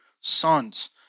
Sons